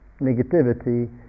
negativity